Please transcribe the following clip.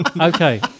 Okay